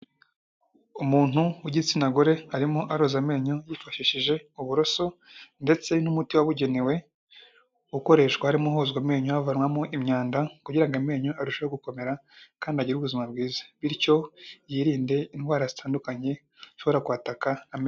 Umuntu w'igitsina gore, arimo aroza amenyo yifashishije uburoso ndetse n'umuti wabugenewe ukoreshwa harimo hozwa amenyo havanwamo imyanda, kugira ngo amenyo arusheho gukomera kandi agire ubuzima bwiza, bityo yirinde indwara zitandukanye zishobora kwataka amenyo.